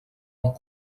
amb